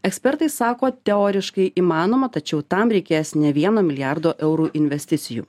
ekspertai sako teoriškai įmanoma tačiau tam reikės ne vieno milijardo eurų investicijų